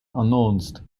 announced